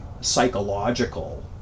psychological